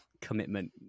commitment